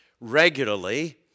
regularly